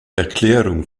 erklärung